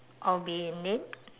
I'll be in it